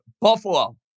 Buffalo